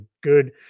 good